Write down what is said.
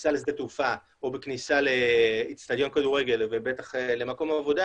בכניסה לשדה תעופה או בכניסה לאצטדיון כדורגל ובטח למקום עבודה,